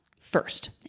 first